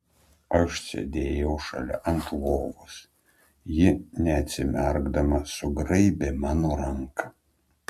aš sėdėjau šalip ant lovos ji neatsimerkdama sugraibė mano ranką